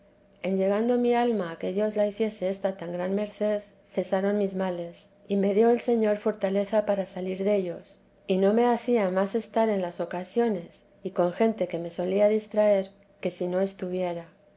en llegando mi alma a que dios la hiciese esta tan gran merced cesaron mis males y me dio el señor fortaleza para salir dellos y no me hacía más estar en las ocasiones y con gente que me solía distraer que si no estuviera